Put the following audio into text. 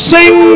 Sing